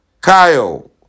Kyle